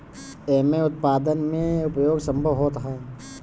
एमे उत्पादन में उपयोग संभव होत हअ